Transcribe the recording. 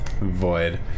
void